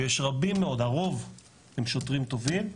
ויש רבים מאוד, הרוב הם שוטרים טובים.